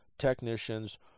technicians